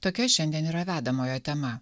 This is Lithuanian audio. tokia šiandien yra vedamojo tema